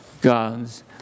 God's